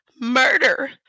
murder